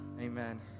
Amen